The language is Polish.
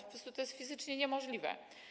Po prostu to jest fizycznie niemożliwe.